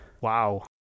Wow